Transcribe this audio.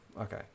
okay